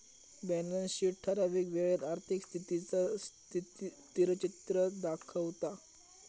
balance sheet ठरावीक वेळेत आर्थिक स्थितीचा स्थिरचित्र दाखवता